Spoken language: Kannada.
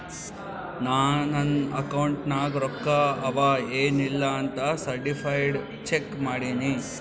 ನಾ ನನ್ ಅಕೌಂಟ್ ನಾಗ್ ರೊಕ್ಕಾ ಅವಾ ಎನ್ ಇಲ್ಲ ಅಂತ ಸರ್ಟಿಫೈಡ್ ಚೆಕ್ ಮಾಡಿನಿ